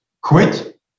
quit